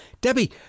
Debbie